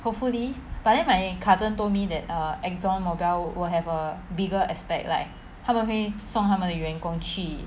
hopefully but then my cousin told me that err ExxonMobil will have a bigger aspect like 他们会送他们的员工去